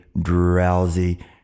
drowsy